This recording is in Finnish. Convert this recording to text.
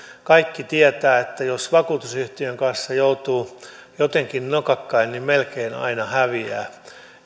kaikki tietävät että jos vakuutusyhtiön kanssa joutuu jotenkin nokakkain niin melkein aina häviää